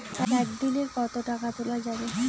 একদিন এ কতো টাকা তুলা যাবে?